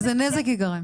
איזה נזק ייגרם?